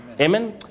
Amen